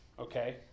okay